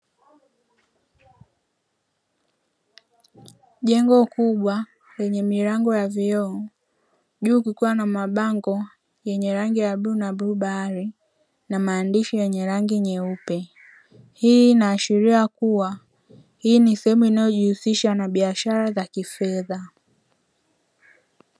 Jengo kubwa lenye milango ya vioo juu kukiwa na mabango yenye rangi ya buluu na na buluu bahari na maandishi yenye rangi nyeupe, hii inaashiria kuwa hii ni sehemu inayohusisha na biashara za kifedha.